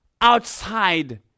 outside